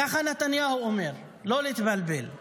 ככה נתניהו אומר, לא להתבלבל,